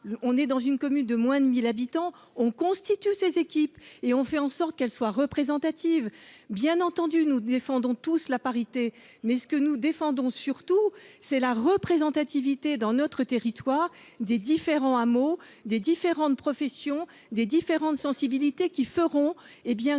? Dans les communes de moins de 1 000 habitants, on constitue des équipes et on fait en sorte qu’elles soient représentatives. Bien entendu, nous défendons tous la parité, mais, ce que nous défendons surtout, c’est la représentativité dans notre territoire des différents hameaux, des différentes professions, des différentes sensibilités qui feront que l’acte démocratique sera